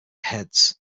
heads